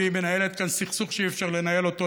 והיא מנהלת כאן סכסוך שאי-אפשר לנהל אותו,